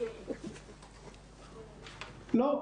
לא.